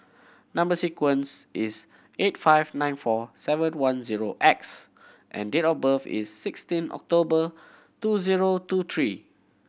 number sequence is eight five nine four seven one zero X and date of birth is sixteen October two zero two three